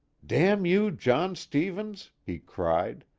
damn you, john stevens! he cried,